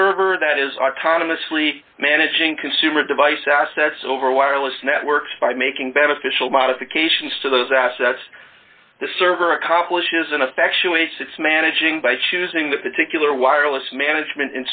server that is autonomously managing consumer device assets over wireless networks by making beneficial modifications to those assets the server accomplishes ineffectually sits managing by choosing the particular wireless management